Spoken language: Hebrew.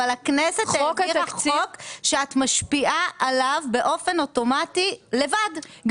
אבל הכנסת העבירה חוק שאת משפיעה עליו באופן אוטומטי לבד,